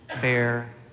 bear